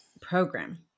Program